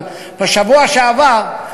בשבוע שעבר,